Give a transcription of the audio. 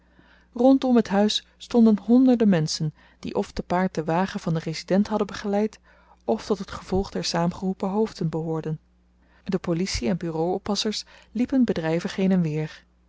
rondom het huis stonden honderden menschen die of te paard den wagen van den resident hadden begeleid of tot het gevolg der saamgeroepen hoofden behoorden de policie en bureau oppassers liepen bedryvig heen-en-weer